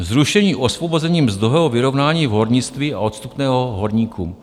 Zrušení osvobození mzdového vyrovnání v hornictví a odstupného horníků.